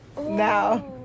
Now